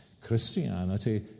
Christianity